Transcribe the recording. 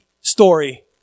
story